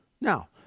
Now